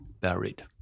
buried